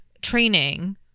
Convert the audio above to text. training